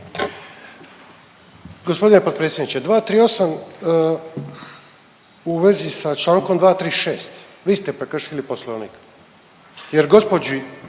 Gospodine potpredsjedniče, 238. u vezi sa čl. 236., vi ste prekršili Poslovnik jer gđi.